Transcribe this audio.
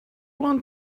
want